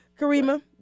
Karima